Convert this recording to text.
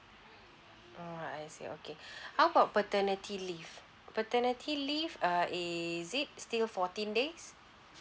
orh I see okay how about paternity leave paternity leave uh is it still fourteen days